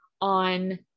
on